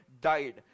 died